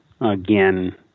again